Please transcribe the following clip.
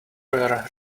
were